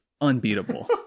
Unbeatable